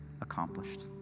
accomplished